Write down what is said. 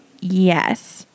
Yes